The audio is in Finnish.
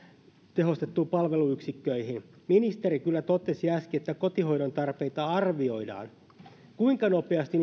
tehostettuihin palveluyksiköihin ministeri kyllä totesi äsken että kotihoidon tarpeita arvioidaan kuinka nopeasti